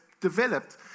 developed